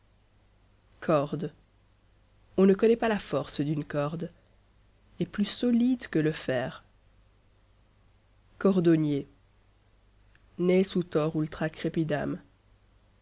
corde on ne connaît pas la force d'une corde est plus solide que le fer cordonnier ne sutor ultra